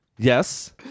Yes